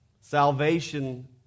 Salvation